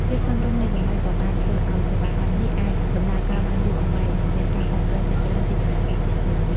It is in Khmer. ភាពសមរម្យនៃតម្លៃក៏បានធ្វើឱ្យសេវាកម្មនេះអាចដំណើរការបានយូរអង្វែងនិងមានការគាំទ្រជាច្រើនពីសំណាក់ប្រជាជន។